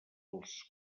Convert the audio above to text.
els